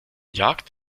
jagd